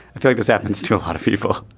i feel like this happens to a lot of people